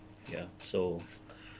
ya so